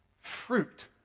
fruit